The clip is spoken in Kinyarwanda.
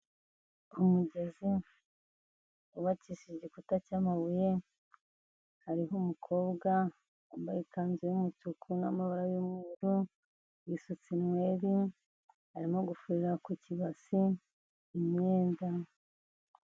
Ku mugezi wubakishije igikuta cy'amabuye, hariho umukobwa wambaye ikanzu y'umutuku n'mabara yumweru, yisutse inwere, arimo gufurira ku kibasi imyenda.